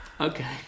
Okay